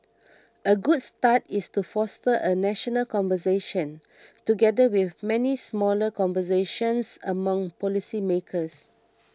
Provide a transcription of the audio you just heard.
a good start is to foster a national conversation together with many smaller conversations among policy makers